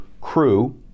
CREW